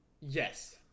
Yes